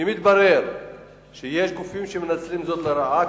אם יתברר שיש גופים שמנצלים זאת לרעה,